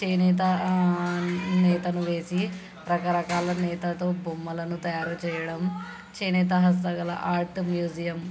చేనేత నేతను వేసి రకరకాల నేతతో బొమ్మలను తయారు చేయడం చేనేత హస్తకళ ఆర్ట్ మ్యూజియం